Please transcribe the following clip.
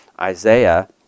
Isaiah